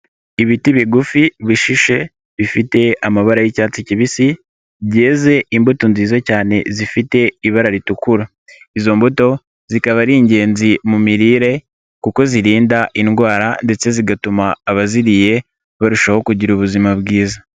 Ibiti bigufi bishishe bifite amabara y'icyatsi kibisi, byeze imbuto nziza cyane zifite ibara ritukura izo mbuto zikaba ari ingenzi mu mirire kuko zirinda indwara ndetse zigatuma abaziriye barushaho kugira ubuzima bwiza.